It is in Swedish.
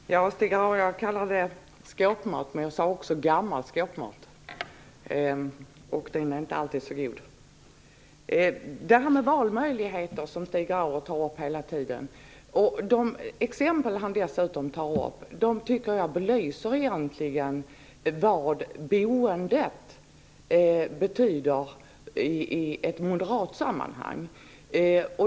Fru talman! Ja, Stig Grauers, jag kallade det för skåpmat. Men jag sade gammal skåpmat, och den är inte alltid så god. De exempel på valmöjligheter som Stig Grauers tar upp hela tiden belyser egentligen vad boendet betyder i ett moderat sammanhang.